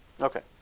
Okay